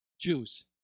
Jews